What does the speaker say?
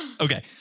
Okay